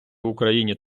україні